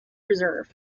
reserve